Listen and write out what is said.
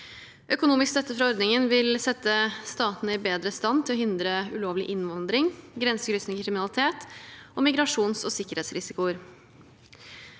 Økonomisk støtte fra ordningen vil sette statene i bedre stand til å hindre ulovlig innvandring, grensekryssende kriminalitet og migrasjons- og sikkerhetsrisikoer.